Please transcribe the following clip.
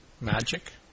Magic